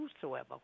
whosoever